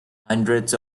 hundreds